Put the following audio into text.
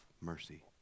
mercy